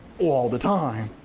all the time.